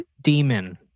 Demon